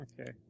Okay